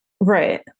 Right